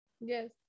Yes